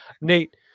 Nate